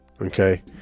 okay